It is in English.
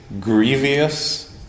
grievous